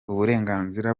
uburenganzira